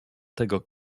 tego